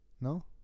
No